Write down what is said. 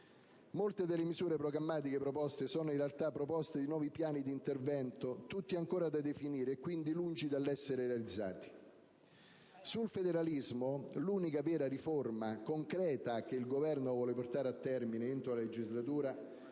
Molte delle misure programmatiche proposte sono in realtà proposte di nuovi "piani di intervento", tutti ancora da definire e quindi lungi dall'essere realizzati. Sul federalismo, l'unica vera riforma concreta che il Governo vuole portare a termine entro la legislatura,